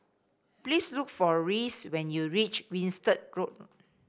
please look for Reese when you reach Winstedt Road